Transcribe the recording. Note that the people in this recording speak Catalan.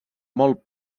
molt